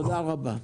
תודה רבה.